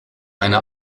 eine